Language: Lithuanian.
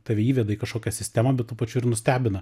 tave įveda į kažkokią sistemą bet tuo pačiu ir nustebina